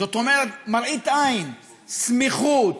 זאת אומרת, מראית עין, סמיכות.